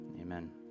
Amen